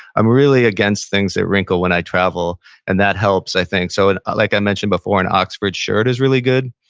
i'm really against things that wrinkle when i travel and that helps, i think so like i mentioned before, an oxford shirt is really good.